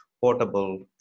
portable